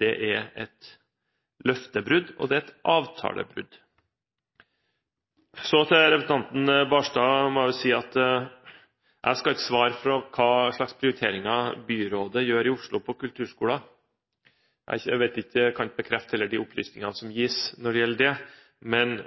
det er et avtalebrudd. Til representanten Knutson Barstad må jeg si at jeg ikke skal svare for hva slags prioriteringer byrådet gjør i Oslo når det gjelder kulturskolen. Jeg kan heller ikke bekrefte de opplysningene som gis når det gjelder det. Men